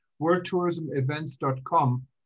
worldtourismevents.com